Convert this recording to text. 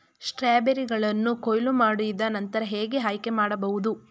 ಸ್ಟ್ರಾಬೆರಿಗಳನ್ನು ಕೊಯ್ಲು ಮಾಡಿದ ನಂತರ ಹೇಗೆ ಆಯ್ಕೆ ಮಾಡಬಹುದು?